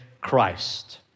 Christ